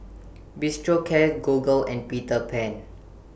Bistro Cat Google and Peter Pan